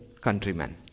countrymen